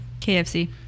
KFC